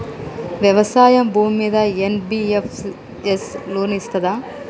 వ్యవసాయం భూమ్మీద NBFS loan ఇస్తదా?